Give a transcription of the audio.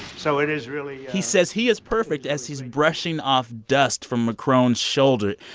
so it is really. he says he is perfect as he's brushing off dust from macron's shoulder.